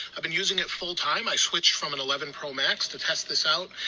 i've been using it full time. i switched from an eleven pro max to test this out.